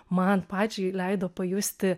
man pačiai leido pajusti